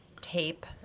tape